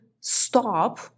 stop